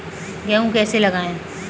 गेहूँ कैसे लगाएँ?